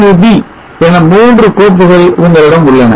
sub என மூன்று கோப்புகள் உங்களிடம் உள்ளன